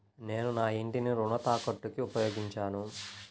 నేను నా ఇంటిని రుణ తాకట్టుకి ఉపయోగించాను